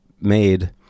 made